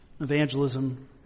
evangelism